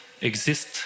exist